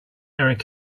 erik